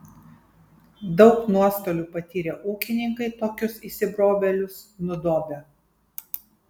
daug nuostolių patyrę ūkininkai tokius įsibrovėlius nudobia